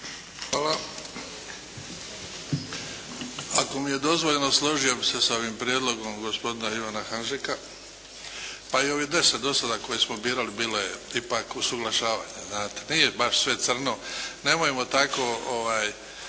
Hvala. Ako mi je dozvoljeno složio bih se s ovim prijedlogom gospodina Ivana Hanžeka. Pa i ovih 10 do sada koje smo birali, bilo je ipak usaglašavanje znate. nije baš sve crno. Nemojmo tako